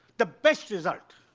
the best result